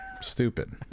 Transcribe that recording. stupid